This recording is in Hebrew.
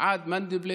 עד מנדלבליט.